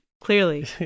clearly